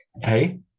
hey